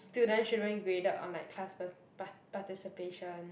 students shouldn't be graded on like class par~ participation